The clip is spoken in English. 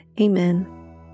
Amen